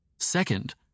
Second